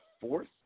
fourth